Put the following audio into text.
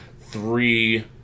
three